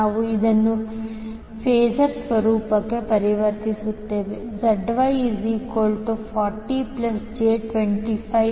ನಾವು ಇದನ್ನು ಫಾಸರ್ ಸ್ವರೂಪಕ್ಕೆ ಪರಿವರ್ತಿಸುತ್ತೇವೆ ZY40j2547